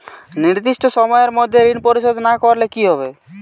নির্দিষ্ট সময়ে মধ্যে ঋণ পরিশোধ না করলে কি হবে?